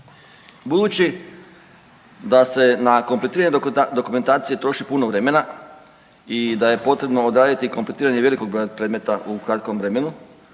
Budući da se na kompletiranje dokumentacije troši puno vremena i da je potrebno odraditi kompletiranje velikog broja predmeta u kratkom vremenu,